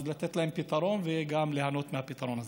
לתת להם פתרון, וגם ליהנות מהפתרון הזה.